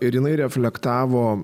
ir jinai reflektavo